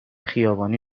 خیابانی